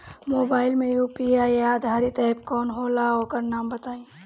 Mobile म UPI आधारित app कौन होला ओकर नाम बताईं?